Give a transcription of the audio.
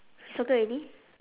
circle already